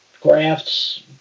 graphs